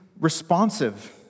responsive